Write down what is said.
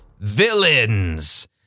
villains